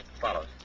follows